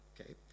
Okay